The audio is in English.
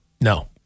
No